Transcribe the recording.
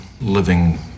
living